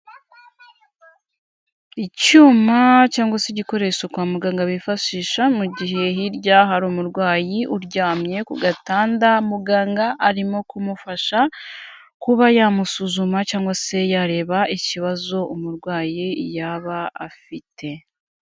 Icyuma cyangwa se igikoresho kwa muganga bifashisha mu gihe hirya hari umurwayi uryamye ku gatanda, muganga arimo kumufasha kuba yamusuzuma cyangwa se yareba ikibazo umurwayi yaba afite.